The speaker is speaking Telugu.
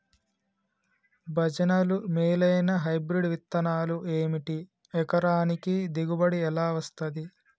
భజనలు మేలైనా హైబ్రిడ్ విత్తనాలు ఏమిటి? ఎకరానికి దిగుబడి ఎలా వస్తది?